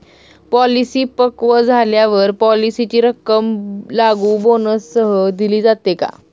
Policy पक्व झाल्यावर पॉलिसीची रक्कम लागू बोनससह दिली जाते का?